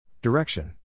Direction